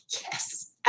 Yes